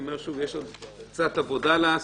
אני אומר שוב: יש עוד קצת עבודה לעשות.